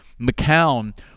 McCown